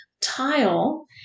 tile